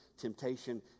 temptation